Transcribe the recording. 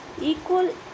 equal